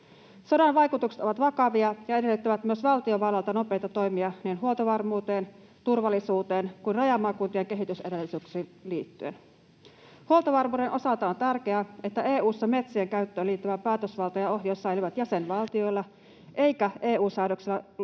Sodan vaikutukset ovat vakavia ja edellyttävät myös valtiovallalta nopeita toimia niin huoltovarmuuteen, turvallisuuteen kuin rajamaakuntien kehitysedellytyksiin liittyen. Huoltovarmuuden osalta on tärkeää, että EU:ssa metsien käyttöön liittyvä päätösvalta ja ohjaus säilyvät jäsenvaltioilla, eikä EU-säädöksillä tule